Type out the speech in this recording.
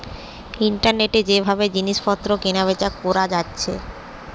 ইন্টারনেটে যে ভাবে জিনিস পত্র কেনা বেচা কোরা যাচ্ছে